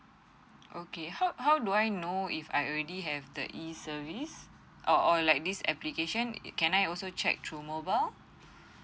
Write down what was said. okay how how do I know if I already have the E service or or like this application can I also check through mobile